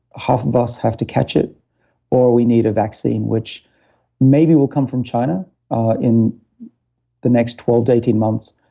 half of us have to catch it or we need a vaccine which maybe will come from china in the next twelve to eighteen months,